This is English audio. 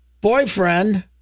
boyfriend